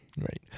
Right